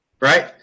Right